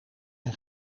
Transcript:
een